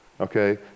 Okay